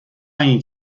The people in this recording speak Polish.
ani